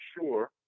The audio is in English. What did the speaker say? sure